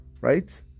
right